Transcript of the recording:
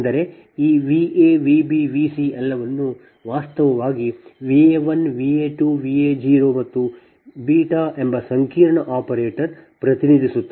ಅಂದರೆ ಈ V a V b V c ಎಲ್ಲವನ್ನೂ ವಾಸ್ತವವಾಗಿ V a1 V a2 V a0 ಮತ್ತು ಎಂಬ ಸಂಕೀರ್ಣ ಆಪರೇಟರ್ ಪ್ರತಿನಿಧಿಸುತ್ತದೆ